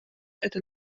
это